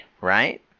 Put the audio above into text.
right